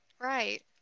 Right